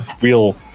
real